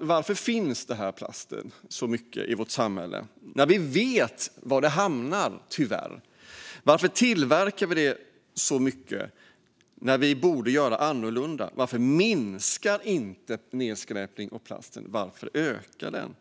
Varför finns den här plasten så mycket i vårt samhälle? Vi vet ju vad den tyvärr hamnar. Varför tillverkar vi det så mycket när vi borde göra annorlunda? Varför minskar inte nedskräpning av plasten? Varför ökar den?